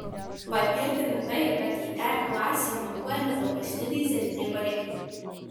pagirtina tai kad į r klasę montuojami taupesni dyzeliniai varikliai